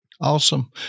Awesome